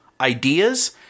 ideas